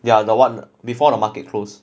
yeah the one before the market closed